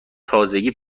تازگی